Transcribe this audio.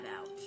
out